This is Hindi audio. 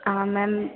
अहा मैम